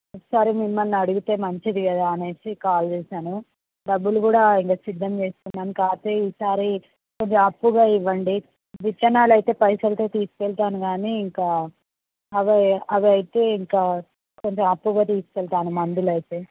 ఒకసారి మిమ్మల్ని అడిగితే మంచిది కదా అనేసి కాల్ చేశాను డబ్బులు కూడా ఇంక సిద్ధం చేసుకున్నాను కాకపోతే ఈసారి కొద్దిగా అప్పుగా ఇవ్వండి విత్తనాలు అయితే పైసలతో తీసుకెళ్తాను కానీ ఇంకా అవి అవి అయితే ఇంకా కొంచెం అప్పుగా తీసుకెళ్తాను మందులు అయితే